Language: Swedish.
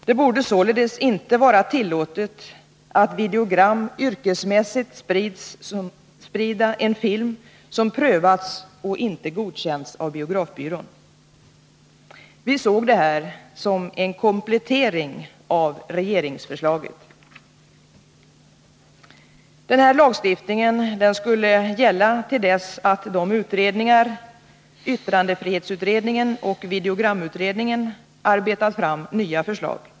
Det borde således inte vara tillåtet att som videogram yrkesmässigt sprida en film som prövats och inte godkänts av biografbyrån. Vi såg detta som en komplettering av regeringsförslaget. Denna lagstiftning skulle gälla till dess att aktuella utredningar, yttrandefrihetsutredningen och videogramutredningen, arbetat fram nya förslag.